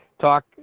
talk